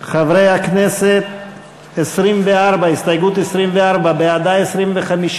קבוצת סיעת רע"ם-תע"ל-מד"ע וקבוצת סיעת בל"ד לפרק ג' סימן א'